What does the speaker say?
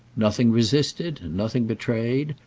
nothing resisted, nothing betrayed,